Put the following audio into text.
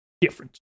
different